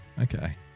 okay